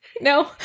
no